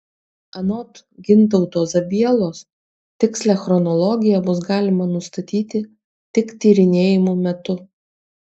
anot gintauto zabielos tikslią chronologiją bus galima nustatyti tik tyrinėjimų metu